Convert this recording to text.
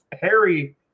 harry